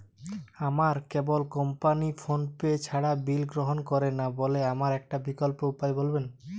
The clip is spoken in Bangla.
আমার কেবল কোম্পানী ফোনপে ছাড়া বিল গ্রহণ করে না বলে আমার একটা বিকল্প উপায় বলবেন?